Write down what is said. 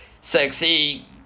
sexy